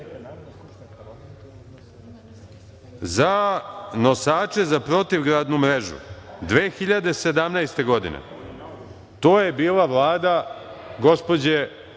Za nosače za protivgradnu mrežu 2017. godine, to je bila Vlada gospođe